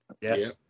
Yes